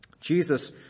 Jesus